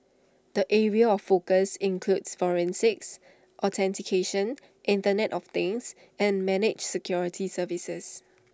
the areas of focus include forensics authentication Internet of things and managed security services